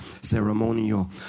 Ceremonial